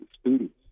students